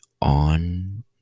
on